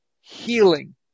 healing